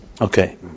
Okay